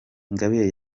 ingabire